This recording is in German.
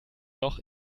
doch